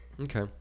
okay